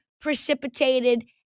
precipitated